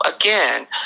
again